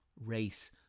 race